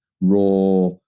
Raw